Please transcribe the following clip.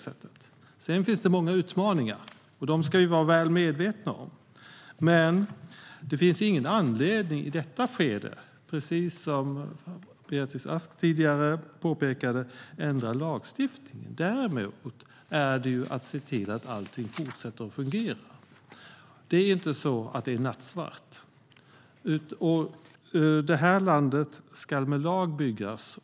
Sedan finns det många utmaningar, och de ska vi vara väl medvetna om. Men det finns ingen anledning att i detta skede, precis som Beatrice Ask tidigare påpekade, ändra lagstiftningen. Däremot ska vi se till att allting fortsätter att fungera. Det är inte nattsvart. Och det här landet ska med lag byggas.